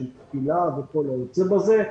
כמו: תפילה וכיוצא בזה.